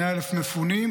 100,000 מפונים,